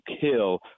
kill